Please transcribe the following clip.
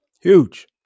huge